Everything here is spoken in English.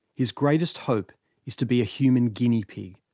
his greatest hope is to be a human guinea pig,